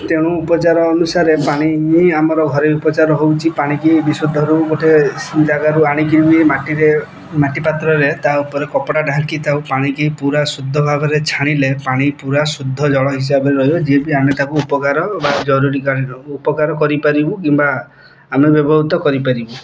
ତେଣୁ ଉପଚାର ଅନୁସାରେ ପାଣି ହିଁ ଆମର ଘରେ ଉପଚାର ହଉଛି ପାଣିକି ବିଶୁଦ୍ଧରୁ ଗୋଟେ ଜାଗାରୁ ଆଣିକି ବି ମାଟିରେ ମାଟି ପାତ୍ରରେ ତା ଉପରେ କପଡ଼ା ଢାଙ୍କି ଥାଉ ପାଣିକି ପୁରା ଶୁଦ୍ଧ ଭାବରେ ଛାଣିଲେ ପାଣି ପୁରା ଶୁଦ୍ଧ ଜଳ ହିସାବରେ ରହିବ ଯିଏ ବି ଆମେ ତାକୁ ଉପକାର ଜରୁରୀକାଳୀ ଉପକାର କରିପାରିବୁ କିମ୍ବା ଆମେ ବ୍ୟବହୃତ କରିପାରିବୁ